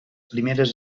primeres